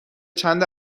چند